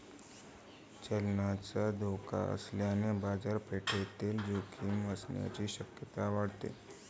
चलनाचा धोका असल्याने बाजारपेठेतील जोखीम असण्याची शक्यता वाढते